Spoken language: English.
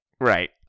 Right